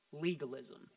legalism